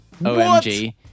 OMG